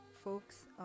Folks